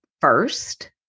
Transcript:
first